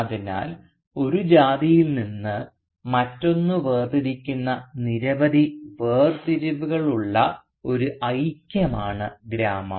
അതിനാൽ ഒരു ജാതിയിൽ നിന്ന് മറ്റൊന്ന് വേർതിരിക്കുന്ന നിരവധി വേർതിരിവുകളുള്ള ഒരു ഐക്യമാണ് ഗ്രാമം